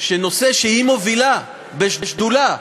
שנושא שהיא מובילה בשדולה,